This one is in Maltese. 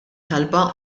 talba